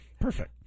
perfect